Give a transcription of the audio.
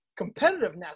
competitiveness